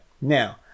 Now